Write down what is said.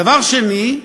דבר שני,